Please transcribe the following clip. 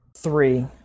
Three